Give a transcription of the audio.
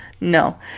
No